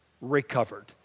recovered